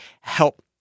help